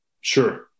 Sure